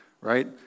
right